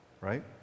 right